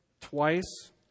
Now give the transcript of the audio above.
twice